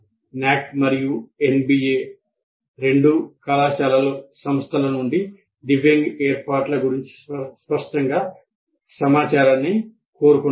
NAAC మరియు NBA రెండూ కళాశాలలు సంస్థల నుండి దివ్యంగ్స్ ఏర్పాట్ల గురించి స్పష్టంగా సమాచారాన్ని కోరుకుంటాయి